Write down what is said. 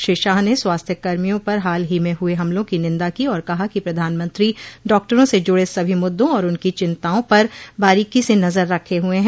श्री शाह ने स्वास्थ्य कर्मियों पर हाल ही में हुए हमलों की निंदा की और कहा कि प्रधानमंत्री डॉक्टरों से जुड़े सभी मुद्दों और उनकी चिंताओं पर बारोकी से नजर रखे हुए हैं